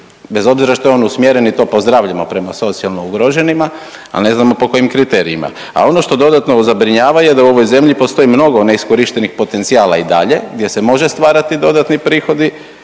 bez obzira što je on usmjeren i to pozdravljamo prema socijalno ugroženima, ali ne znamo po kojim kriterijima. A ono što dodatno zabrinjava je da u ovoj zemlji postoji mnogo neiskorištenih potencijala i dalje gdje se može stvarati dodatni prihodi,